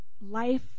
life